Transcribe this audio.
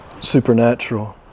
supernatural